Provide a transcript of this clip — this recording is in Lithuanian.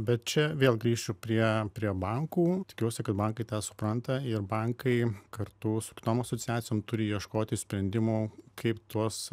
bet čia vėl grįšiu prie prie bankų tikiuosi kad bankai tą supranta ir bankai kartu su kitom asociacijom turi ieškoti sprendimų kaip tuos